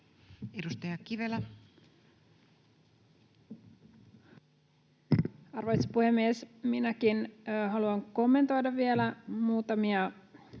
Content: Arvoisa puhemies! Minäkin haluan kommentoida vielä muutamia